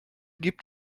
gibt